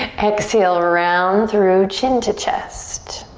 exhale, round through chin to chest.